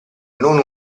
non